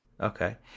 Okay